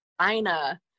China